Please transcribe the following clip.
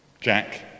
Jack